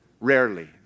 rarely